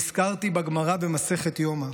נזכרתי בגמרא, במסכת יומא,